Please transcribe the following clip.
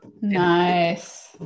Nice